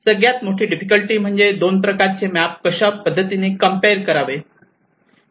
सगळ्यात मोठी डिफिकल्टी म्हणजे दोन प्रकारचे मॅप कशा पद्धतीने कम्पेअर करावे